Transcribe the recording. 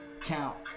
Count